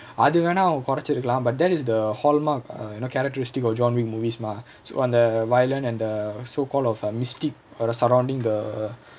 அது வேணா அவங்க குறைச்சிக்கலாம்:athu venaa avanga kuraichirukalaa but that is the hallmark you know characteristic of john wick movies mah so அந்த:antha violent and the mystique so called the surrounding the